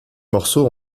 morceaux